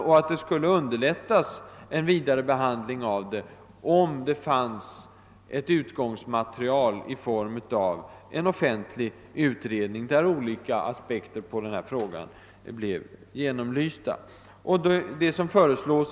En vidare behandling skulle underlättas om det funnes ett underlag i form av en offentlig utredning, där olika aspekter på denna fråga blev belysta.